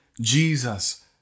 Jesus